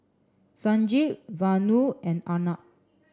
Sanjeev Vanu and Arnab